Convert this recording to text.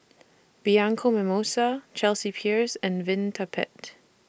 Bianco Mimosa Chelsea Peers and Vitapet